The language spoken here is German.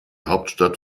hauptstadt